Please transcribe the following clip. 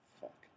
Fuck